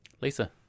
Lisa